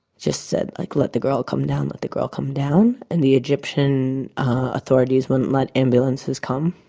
just said like let the girl come down, let the girl come down and the egyptian authorities wouldn't let ambulances come.